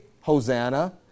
Hosanna